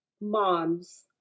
moms